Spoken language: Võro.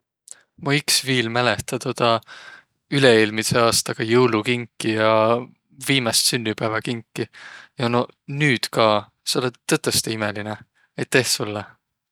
Maq iks viil mälehtä toda üle-eelmidse aastaga joulukinki ja viimäst sünnüpääväkinki. Ja no nüüd ka, saq olõt tõtõstõ imeline! Aiteh sullõ!